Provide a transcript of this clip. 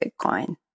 Bitcoin